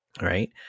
right